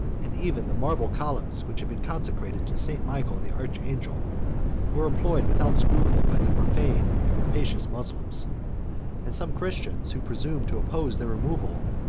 and even the marble columns which had been consecrated to saint michael the archangel, were employed without scruple by the profane and rapacious moslems and some christians, who presumed to oppose the removal,